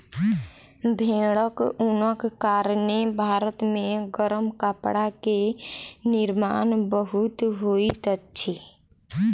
भेड़क ऊनक कारणेँ भारत मे गरम कपड़ा के निर्माण बहुत होइत अछि